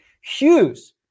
Hughes